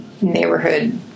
neighborhood